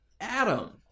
Adam